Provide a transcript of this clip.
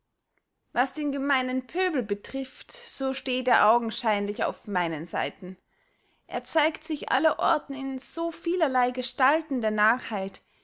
was den gemeinen pöbel betrift so steht er augenscheinlich auf meinen seiten er zeigt sich allerorten in so vielerley gestalten der